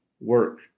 work